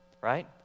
Right